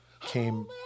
came